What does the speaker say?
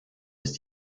ist